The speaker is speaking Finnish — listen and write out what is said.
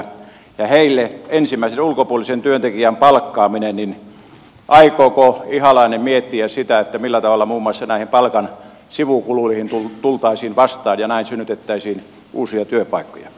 aikooko ihalainen miettiä heille ensimmäisen ulkopuolisen työntekijän palkkaamisessa sitä millä tavalla muun muassa näissä palkan sivukuluissa tultaisiin vastaan ja näin synnytettäisiin uusia työpaikkoja